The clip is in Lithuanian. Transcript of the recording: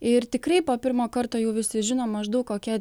ir tikrai po pirmo karto jau visi žino maždaug kokia